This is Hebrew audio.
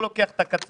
אני לא לוקח את הקצה,